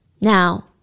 Now